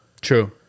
True